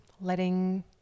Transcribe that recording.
letting